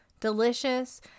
delicious